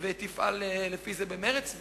ותפעל לפיהם במרץ?